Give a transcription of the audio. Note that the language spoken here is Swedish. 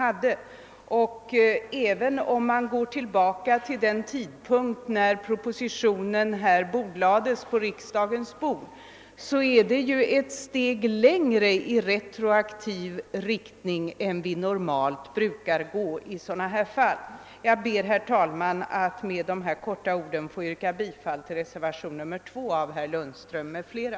Även en tillämpning av retroaktiviteten fr.o.m. den tidpunkt när propositionen bordlades i riksdagen innebär ju att vi går ett steg längre än vi normalt brukar göra i fall som dessa. Herr talman! Jag ber med dessa få ord att få yrka bifall till reservationen 2 av herr Lundström m.fl.